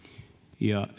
ja